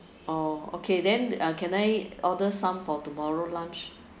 orh okay then uh can I order some for tomorrow lunch